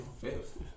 fifth